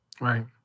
right